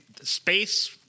space